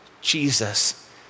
Jesus